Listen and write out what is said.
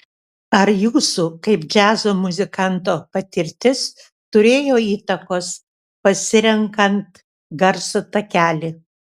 ar jūsų kaip džiazo muzikanto patirtis turėjo įtakos pasirenkant garso takelį